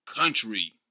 country